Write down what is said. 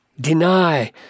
deny